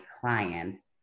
clients